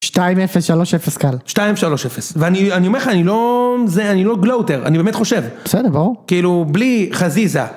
- 2:0, 3:0 קל. - 2, 3:0 ואני, אני אומר לך אני לא זה אני לא גלואוטר אני באמת חושב - בסדר, ברור - כאילו, בלי חזיזה.